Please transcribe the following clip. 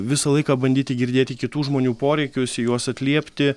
visą laiką bandyti girdėti kitų žmonių poreikius į juos atliepti